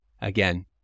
again